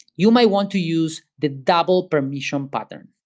you might want to use the double permission button.